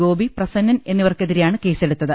Gopi Prasannan എന്നിവർക്കെതിരെയാണ് കേസെടുത്തത്